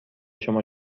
شما